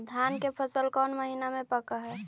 धान के फसल कौन महिना मे पक हैं?